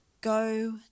Go